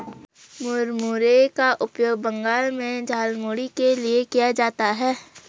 मुरमुरे का उपयोग बंगाल में झालमुड़ी के लिए किया जाता है